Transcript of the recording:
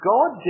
God